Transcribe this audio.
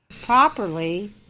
properly